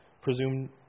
presume